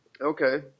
Okay